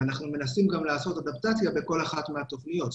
אנחנו מנסים גם לעשות אדפטציה בכל אחת מהתוכניות.